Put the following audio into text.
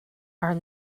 are